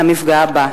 למפגע הבא.